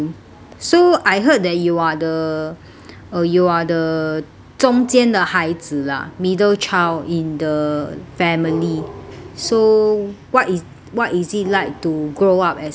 so I heard that you are the uh you are the 中间的孩子啊 middle child in the family so what is what is it like to grow up as a